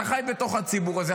אתה חי בתוך הציבור הזה.